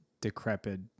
decrepit